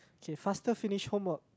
okay faster finish homework